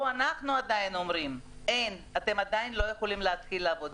פה אנחנו עדיין אומרים: אתם עדיין לא יכולים להתחיל לעבוד.